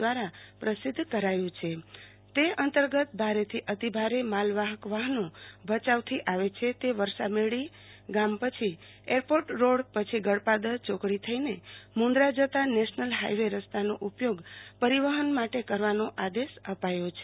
દ્રારા પ્રસિધ્ધ કરાયુ છે તે અંતર્ગત ભારે થી અતિભારે માલવાહક વાહનો ભયાઉ થી આવે છે તે વરસામેડી વાય પછી એરપોર્ટ રોડ પછી ગળપાદર યોકડી થઈને મુન્દ્રા જતા નેશનલ હાઈવે રસ્તાનો ઉપયોગ પરિવહન કરવાનો આદેશ અપાયા છે